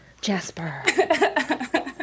Jasper